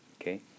Okay